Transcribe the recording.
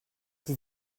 sie